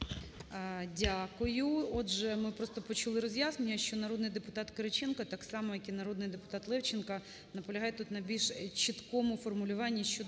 Дякую. Отже, ми просто почули роз'яснення, що народний депутат Кириченко так само, як і народний депутат Левченко наполягає тут на більш чіткому формулюванні щодо